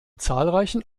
zahlreichen